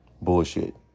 Bullshit